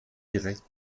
direkt